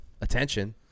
attention